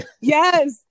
yes